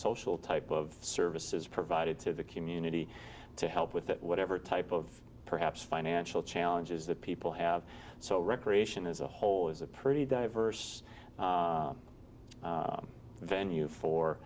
social type of services provided to the community to help with that whatever type of perhaps financial challenges that people have so recreation as a whole is a pretty diverse venue for